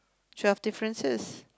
twelve differences